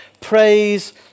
Praise